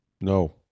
No